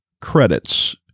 credits